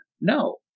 No